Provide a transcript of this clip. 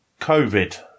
COVID